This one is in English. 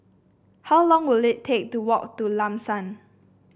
how long will it take to walk to Lam San